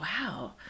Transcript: wow